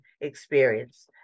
experience